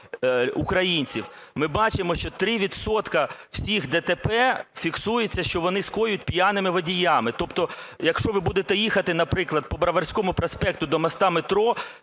українців. Ми бачимо, що 3 відсотки всіх ДТП, фіксується, що вони скоєні п'яними водіями. Тобто, якщо ви будете їхати, наприклад, по Броварському проспекту до мосту Метро,